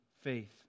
faith